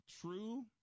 True